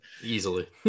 Easily